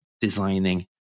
designing